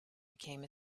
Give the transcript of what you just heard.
became